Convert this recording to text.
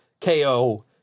KO